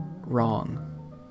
wrong